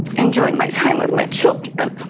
enjoying my time with my children.